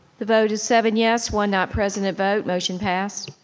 the vote is seven yes, one not present at vote, motion passed.